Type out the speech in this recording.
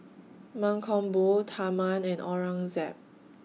Mankombu Tharman and Aurangzeb